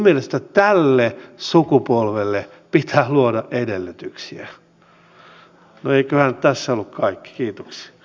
edustaja andersson nuorten palkkatuesta sanssi kortista ja ylipäätään tästä vaikuttavuudesta